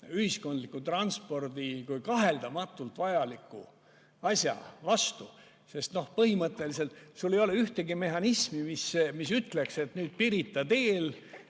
ühiskondliku transpordi kui kaheldamatult vajaliku asja vastu. Põhimõtteliselt sul ei ole ühtegi mehhanismi, mis ütleks, et Pirita teel